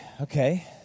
okay